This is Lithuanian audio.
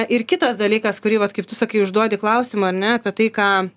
ir kitas dalykas kurį vat kaip tu sakai užduodi klausimą ar ne apie tai ką